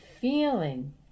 feeling